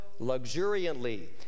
Luxuriantly